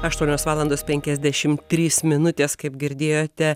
aštuonios valandos penkiasdešimt trys minutės kaip girdėjote